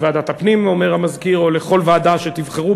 לוועדת הפנים, אומר המזכיר, או לכל ועדה שתבחרו.